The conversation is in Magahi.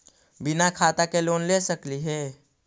बिना खाता के लोन ले सकली हे?